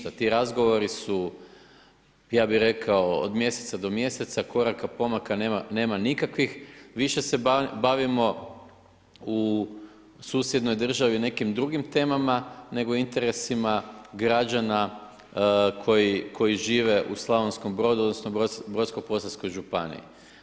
Ti razgovori su ja bih rekao od mjeseca do mjeseca, koraka pomaka nema nikakvih, više se bavimo u susjednoj državi nekim drugim temama nego interesima građana koji žive u Slavonskom Brodu odnosno Brodsko-posavskoj županiji.